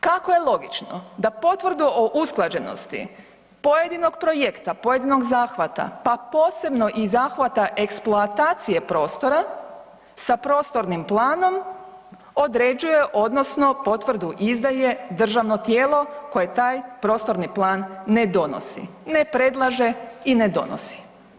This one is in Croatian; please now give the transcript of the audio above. Kako je logično da potvrdu o usklađenosti pojedinog projekta, pojedinog zahvata pa posebno i zahvata eksploatacije prostora sa prostornim planom određuje odnosno potvrdu izdaje državno tijelo koje taj prostorni plan ne donosi, ne preslaže i ne donosi?